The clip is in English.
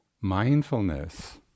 Mindfulness